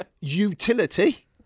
Utility